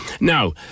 Now